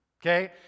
Okay